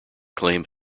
claim